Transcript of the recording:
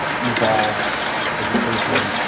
evolved as a person,